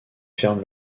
ferme